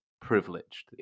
privileged